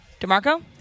Demarco